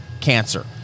cancer